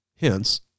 Hence